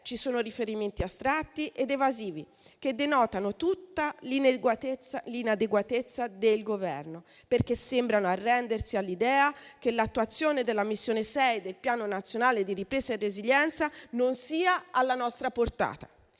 ci sono riferimenti astratti ed evasivi che denotano tutta l'inadeguatezza del Governo, perché sembrano arrendersi all'idea che l'attuazione della Missione 6 del Piano nazionale di ripresa e resilienza non sia alla nostra portata.